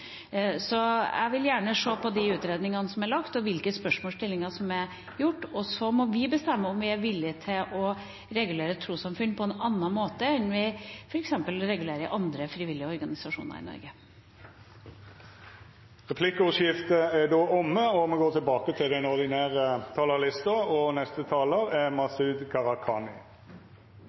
Jeg vil gjerne se på utredningene som er lagt, og hvilke spørsmålsstillinger som er gjort, og så må vi bestemme om vi er villige til å regulere trossamfunn på en annen måte enn vi f.eks. regulerer andre frivillige organisasjoner i Norge. Replikkordskiftet er omme.